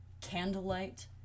candlelight